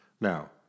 Now